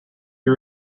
you